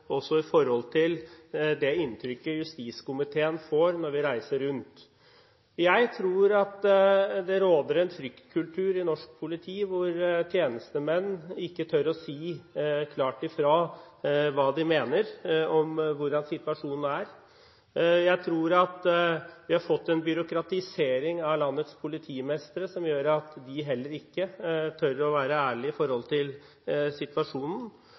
også det inntrykket vi i justiskomiteen får når vi reiser rundt. Jeg tror at det råder en fryktkultur i norsk politi. Tjenestemenn tør ikke si klart fra om hvordan de mener situasjonen er. Jeg tror at vi har fått en byråkratisering av landets politimestre som gjør at heller ikke de tør være ærlige om situasjonen. Uttalelser fra sentrale talsmenn i